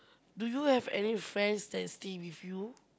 do you have any friends that stay with you